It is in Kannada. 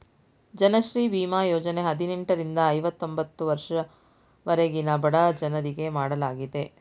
ಜನಶ್ರೀ ಬೀಮಾ ಯೋಜನೆ ಹದಿನೆಂಟರಿಂದ ಐವತೊಂಬತ್ತು ವರ್ಷದವರೆಗಿನ ಬಡಜನರಿಗೆ ಮಾಡಲಾಗಿದೆ